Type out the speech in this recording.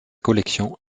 collection